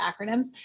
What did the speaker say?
acronyms